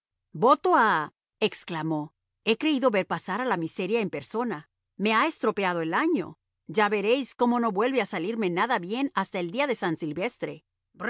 voto a exclamó he creído ver pasar a la miseria en persona me ha estropeado el año ya veréis cómo no vuelve a salirme nada bien hasta el día de san silvestre